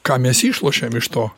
ką mes išlošiam iš to